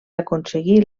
aconseguir